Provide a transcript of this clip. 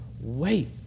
wait